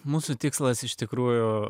mūsų tikslas iš tikrųjų